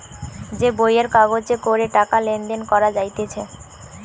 যে বইয়ের কাগজে করে টাকা লেনদেন করা যাইতেছে